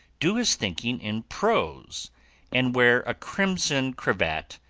do his thinking in prose and wear a crimson cravat,